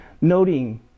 noting